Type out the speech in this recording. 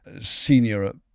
senior